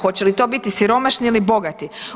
Hoće li to biti siromašni ili bogati?